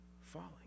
falling